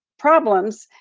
problems,